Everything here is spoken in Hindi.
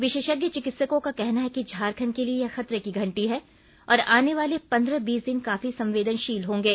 विशेषज्ञ चिकित्सकों का कहना है कि झारखण्ड के लिए यह खतरे की घंटी है और आने वाले पन्द्रह बीस दिन काफी संवेदनशील होंगे